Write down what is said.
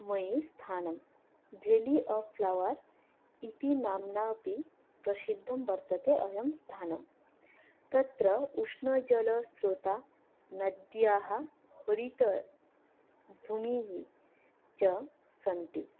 मयी स्थानं Valley of Flower इति नाम्ना अपि प्रशिद्धं वर्तते अयं स्थानं तत्र उष्णजलस्रोता नद्याः हरितभूमिः च सन्ति